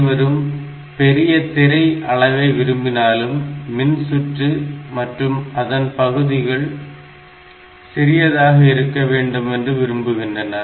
அனைவரும் பெரிய திரை அளவை விரும்பினாலும் மின்சுற்று மற்றும் மற்ற பகுதிகள் சிறியதாக இருக்க வேண்டும் என்று விரும்புகின்றனர்